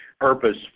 purpose